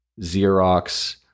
Xerox